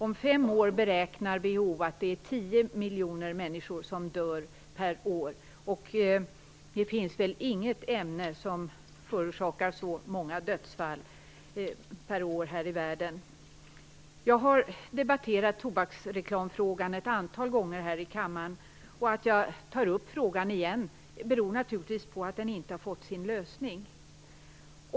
Om fem år beräknar WHO att det kommer att vara 10 miljoner människor som dör per år. Det finns väl inget ämne som förorsakar så många dödsfall per år här i världen. Jag har debatterat tobaksreklamfrågan ett antal gånger här i kammaren. Att jag tar upp frågan igen beror naturligtvis på att den inte har fått sin lösning.